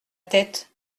tête